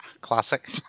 Classic